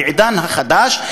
בעידן החדש,